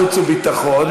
חוץ וביטחון,